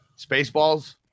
Spaceballs